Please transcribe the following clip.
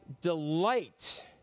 delight